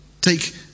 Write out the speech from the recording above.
take